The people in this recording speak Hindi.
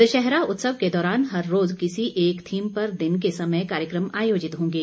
दशहरा उत्सव के दौरान हर रोज किसी एक थीम पर दिन के समय कार्यक्रम आयोजित होंगे